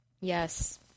Yes